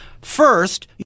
First